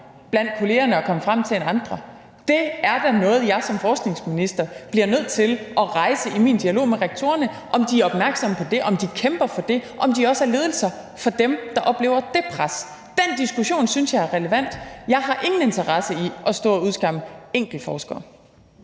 blandt kollegerne end andre. Det er da noget, som jeg som forskningsminister bliver nødt til at rejse i min dialog med rektorerne om de er opmærksomme på og kæmper for. Er de også ledelser for dem, der oplever det pres? Den diskussion synes jeg er relevant. Jeg har ingen interesse i at stå og udskamme enkeltforskere.